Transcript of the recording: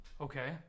Okay